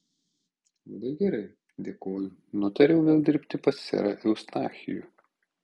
labai gerai dėkoju nutariau vėl dirbti pas serą eustachijų